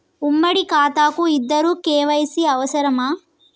ఉమ్మడి ఖాతా కు ఇద్దరు కే.వై.సీ అవసరమా?